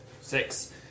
Six